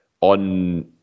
on